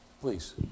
please